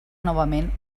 novament